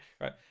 Right